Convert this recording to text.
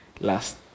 last